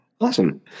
Awesome